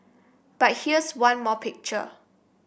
but here's one more picture